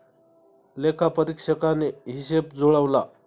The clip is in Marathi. लेखापरीक्षकाने हिशेब जुळवला